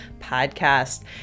podcast